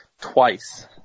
twice